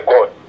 God